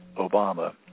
Obama